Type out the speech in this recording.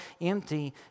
empty